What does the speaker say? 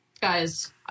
Guys